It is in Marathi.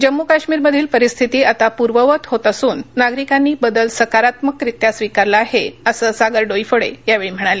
जम्मू काश्मीरमधील परिस्थिती आता पूर्ववत होत असून नागरिकांनी बदल सकारात्मकरित्या स्वीकारला आहे असं सागर डोईफोडे यावेळी म्हणाले